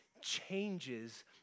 changes